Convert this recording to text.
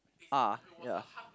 ah ya